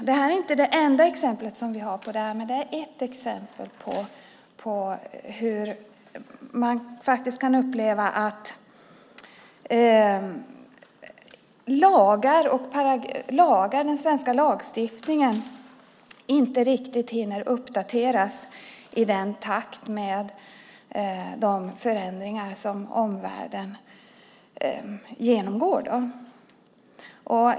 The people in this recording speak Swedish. Det här är inte det enda exemplet som vi har på det, men det är ett exempel på hur man faktiskt kan uppleva att den svenska lagstiftningen inte riktigt hinner uppdateras i takt med de förändringar som omvärlden genomgår.